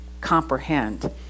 comprehend